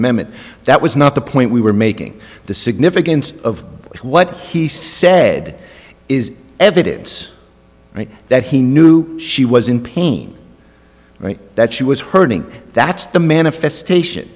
amendment that was not the point we were making the significance of what he said is evidence that he knew she was in pain right that she was hurting that's the manifestation